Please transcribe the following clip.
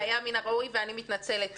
היה מן הראוי ואני מתנצלת.